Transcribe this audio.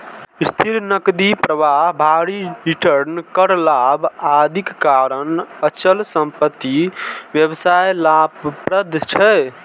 स्थिर नकदी प्रवाह, भारी रिटर्न, कर लाभ, आदिक कारण अचल संपत्ति व्यवसाय लाभप्रद छै